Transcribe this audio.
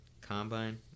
Combine